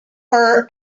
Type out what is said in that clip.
over